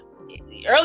early